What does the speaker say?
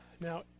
Now